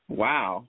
wow